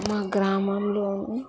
మా గ్రామంలోని